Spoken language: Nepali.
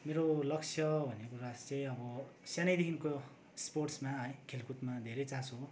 मेरो लक्ष्य भनेको चाहिँ रास चाहिँ अब सानैदेखिको स्पोर्टसमा है खेलकुदमा धेरै चासो हो